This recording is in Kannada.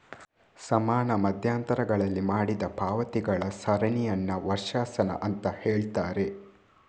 ಸಮಾನ ಮಧ್ಯಂತರಗಳಲ್ಲಿ ಮಾಡಿದ ಪಾವತಿಗಳ ಸರಣಿಯನ್ನ ವರ್ಷಾಶನ ಅಂತ ಹೇಳ್ತಾರೆ